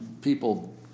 People